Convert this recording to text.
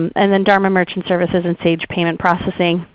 and then dharma merchant services and stage payment processing,